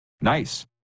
Nice